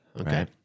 Okay